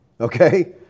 Okay